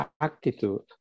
attitude